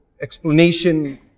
explanation